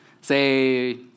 Say